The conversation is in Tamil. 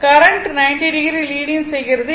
கரண்ட் 90o லீடிங் செய்கிறது